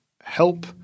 help